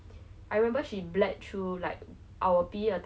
then we played on the jungle gym then I remembered like